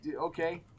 Okay